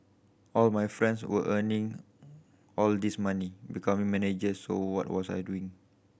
all my friends were earning all this money becoming managers so what was I doing